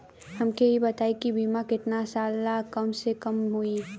हमके ई बताई कि बीमा केतना साल ला कम से कम होई?